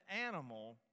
animal